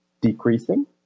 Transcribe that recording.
decreasing